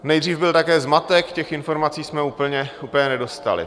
Nejdřív byl také zmatek, těch informací jsme úplně nedostali.